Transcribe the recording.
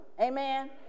Amen